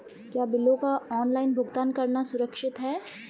क्या बिलों का ऑनलाइन भुगतान करना सुरक्षित है?